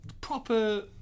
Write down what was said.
proper